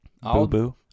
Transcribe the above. Boo-boo